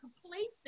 complacent